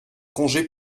congé